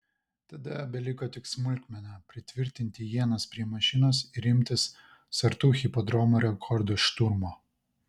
tada beliko tik smulkmena pritvirtinti ienas prie mašinos ir imtis sartų hipodromo rekordo šturmo